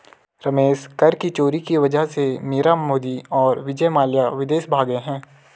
रमेश कर के चोरी वजह से मीरा मोदी और विजय माल्या विदेश भागें हैं